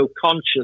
conscious